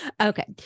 Okay